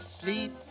sleep